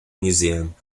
museum